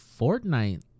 Fortnite